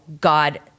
God